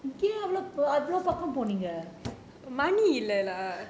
ஏன் அவ்ளோ பக்கம் போனீங்க:yaen avlo pakkam poneenga